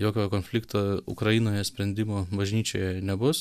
jokio konflikto ukrainoje sprendimo bažnyčioje nebus